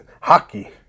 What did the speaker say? hockey